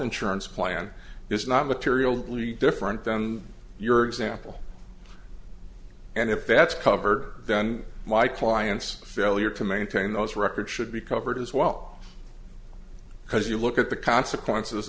insurance plan is not materially different than your example and if that's covered then my client's failure to maintain those records should be covered as well because you look at the consequences